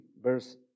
verse